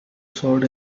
sword